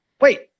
Wait